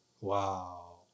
Wow